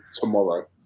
tomorrow